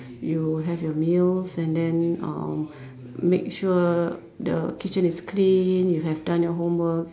you have your meals and then uh make sure the kitchen is clean you have done your homework